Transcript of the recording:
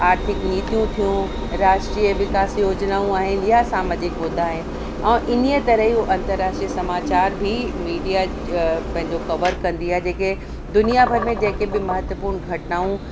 आर्थिक नीतियूं थियूं राष्ट्रीय विकास योजनाऊं आहिनि यां सामाजिक मुद्दा आहिनि ऐं इन तरह जूं अंतर राष्ट्रिय समाचार बि मीडिया पंहिंजो कवर कंदी आहे जेके दुनिया भर में जेके महत्वपूर्ण घटनाऊं